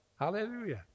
Hallelujah